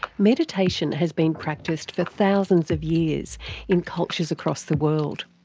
meditation has been practised for thousands of years in cultures across the world,